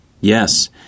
Yes